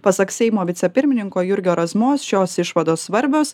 pasak seimo vicepirmininko jurgio razmos šios išvados svarbios